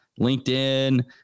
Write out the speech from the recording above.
linkedin